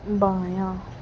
بایاں